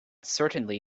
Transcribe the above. certainly